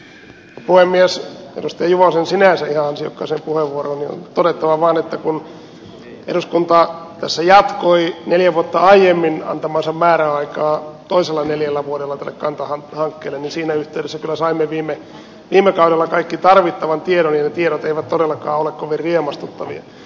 edustaja juvosen sinänsä ihan ansiokkaaseen puheenvuoroon on todettava vaan että kun eduskunta tässä jatkoi neljä vuotta aiemmin antamaansa määräaikaa toisella neljällä vuodella tälle kanta hankkeelle niin siinä yhteydessä kyllä saimme viime kaudella kaikki tarvittavat tiedot ja ne tiedot eivät todellakaan ole kovin riemastuttavia